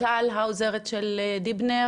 טל העוזרת של מיכל,